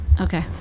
okay